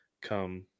come